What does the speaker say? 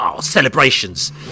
celebrations